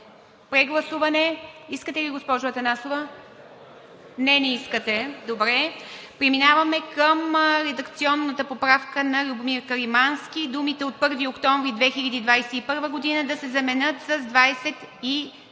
прегласуване, госпожо Атанасова? Не искате – добре. Преминаваме към редакционната поправка на Любомир Каримански: думите „от 1 октомври 20201 г.“ да се заменят с „25